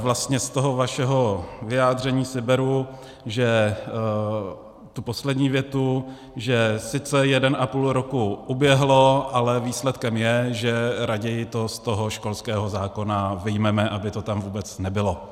Vlastně z toho vašeho vyjádření si beru tu poslední větu, že sice jeden a půl roku uběhlo, ale výsledkem je, že raději to z toho školského zákona vyjmeme, aby to tam vůbec nebylo.